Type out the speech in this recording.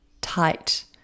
tight